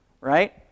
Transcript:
right